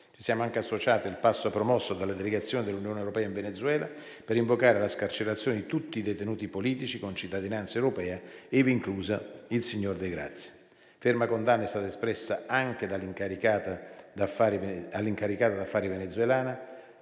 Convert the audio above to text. Ci siamo anche associati al passo promosso dalla delegazione dell'Unione europea in Venezuela per invocare la scarcerazione di tutti i detenuti politici con cittadinanza europea, ivi incluso il signor De Grazia. Ferma condanna è stata espressa anche all'incaricata d'affari venezuelana,